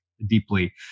Deeply